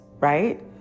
right